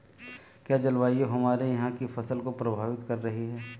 क्या जलवायु हमारे यहाँ की फसल को प्रभावित कर रही है?